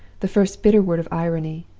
the first bitter word of irony,